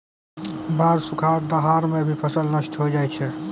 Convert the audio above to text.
बाढ़, सुखाड़, दहाड़ सें भी फसल नष्ट होय जाय छै